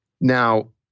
Now